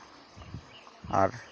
ᱟᱨ